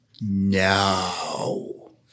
No